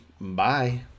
Bye